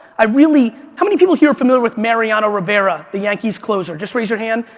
i really, how many people here are familiar with mariano rivera, the yankees' closer, just raise your hand.